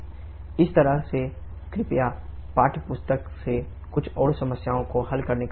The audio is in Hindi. इस तरह से कृपया पाठ्यपुस्तक से कुछ और समस्याओं को हल करने का प्रयास करें